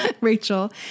Rachel